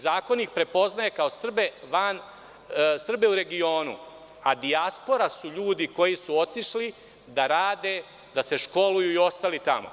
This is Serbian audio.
Zakon ih prepoznaje kao Srbe u regionu, a dijaspora su ljudi koji su otišli da rade, da se školuju i ostali tamo.